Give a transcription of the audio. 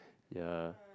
ya